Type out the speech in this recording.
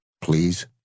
Please